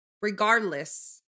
Regardless